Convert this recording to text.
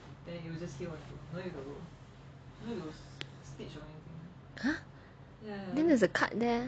!huh! then there's a cut there